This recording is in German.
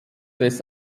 des